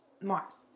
Mars